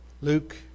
Luke